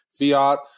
fiat